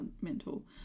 mental